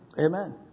Amen